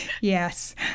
Yes